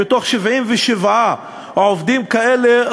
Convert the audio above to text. מ-77 עובדים כאלה,